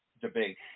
debate